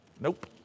Nope